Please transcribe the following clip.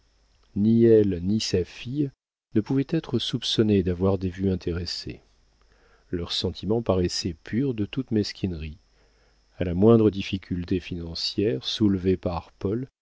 ni elle ni sa fille ne pouvaient être soupçonnées d'avoir des vues intéressées leurs sentiments paraissaient purs de toute mesquinerie à la moindre difficulté financière soulevée par